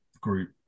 group